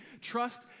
Trust